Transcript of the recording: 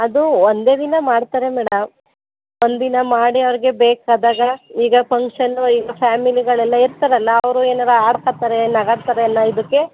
ಅದು ಒಂದೇ ದಿನ ಮಾಡ್ತಾರೆ ಮೇಡಮ್ ಒಂದು ದಿನ ಮಾಡಿ ಅವ್ರಿಗೆ ಬೇಕಾದಾಗ ಈಗ ಪಂಕ್ಷನ್ನು ಈಗ ಫ್ಯಾಮಿಲಿಗಳೆಲ್ಲ ಇರ್ತಾರಲ್ಲ ಅವರು ಏನಾದ್ರು ಆಡ್ಕೋತಾರೆ ನಗಾಡ್ತಾರೆ ಅನ್ನೋ ಇದಕ್ಕೆ